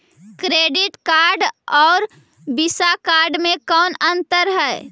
Credit card और visa card मे कौन अन्तर है?